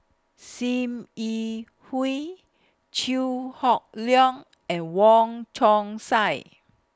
SIM Yi Hui Chew Hock Leong and Wong Chong Sai